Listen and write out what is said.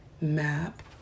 map